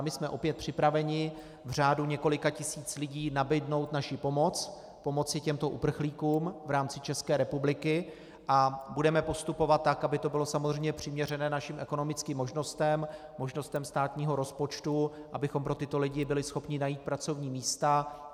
My jsme opět připraveni v řádu několika tisíc lidí nabídnout naši pomoc, pomoci těmto uprchlíkům v rámci České republiky, a budeme postupovat tak, aby to bylo samozřejmě přiměřené našim ekonomickým možnostem, možnostem státního rozpočtu, abychom pro tyto lidi byli schopni najít pracovní místa.